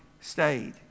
stayed